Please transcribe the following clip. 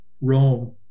Rome